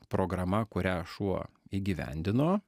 programa kurią šuo įgyvendino